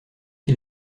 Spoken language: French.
qui